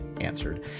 answered